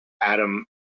Adam